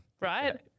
right